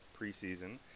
preseason